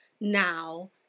now